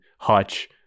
Hutch